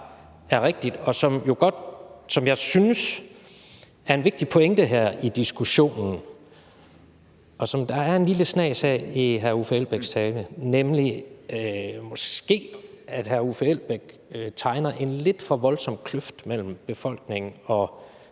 er rigtigt, og som jeg synes er en vigtig pointe her i diskussionen, og som der var en lille snas af i hr. Uffe Elbæks tale, nemlig at hr. Uffe Elbæk måske tegner en lidt for voldsom kløft mellem befolkningen og